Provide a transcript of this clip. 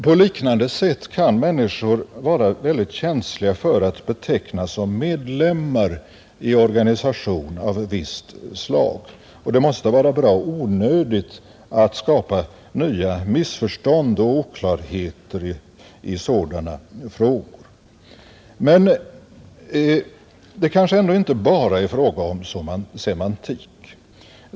På liknande sätt kan människor vara väldigt känsliga för att betecknas som medlemmar i organisation av visst slag, och det måste vara bra onödigt att skapa nya missförstånd och oklarheter i sådana frågor. Men det kanske ändå inte bara är fråga om semantik.